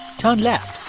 turn left,